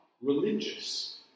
religious